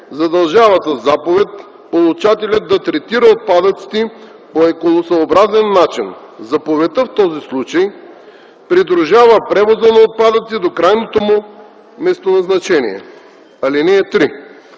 задължава със заповед получателя да третира отпадъците по екологосъобразен начин. Заповедта в този случай придружава превоза на отпадъци до крайното му местоназначение. (3)